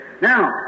Now